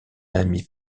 ami